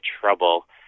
trouble